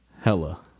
hella